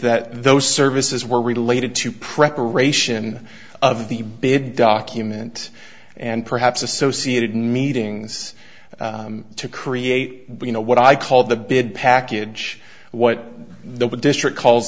that those services were related to preparation of the big document and perhaps associated meetings to create you know what i called the bid package what the district call